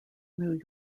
new